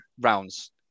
rounds